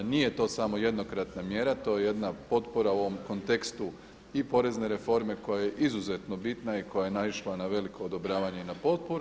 Nije to samo jednokratna mjera, to je jedna potpora u ovom kontekstu i porezne reforme koja je izuzetno bitna i koja je naišla na veliko odobravanje i na potporu.